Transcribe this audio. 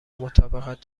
مطابقت